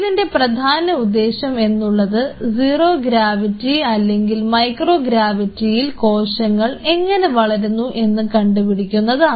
ഇതിൻറെ പ്രധാന ഉദ്ദേശം എന്നുള്ളത് സീറോ ഗ്രാവിറ്റി അല്ലെങ്കിൽ മൈക്രോ ഗ്രാവിറ്റിയിൽ കോശങ്ങൾ എങ്ങനെ വളരുന്നു എന്ന് കണ്ടുപിടിക്കുന്നതാണ്